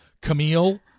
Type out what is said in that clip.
Camille